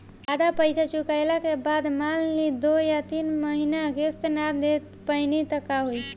आधा पईसा चुकइला के बाद मान ली दो या तीन महिना किश्त ना दे पैनी त का होई?